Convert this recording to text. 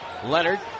Leonard